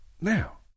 Now